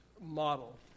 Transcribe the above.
model